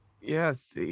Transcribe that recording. Yes